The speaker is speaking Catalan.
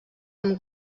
amb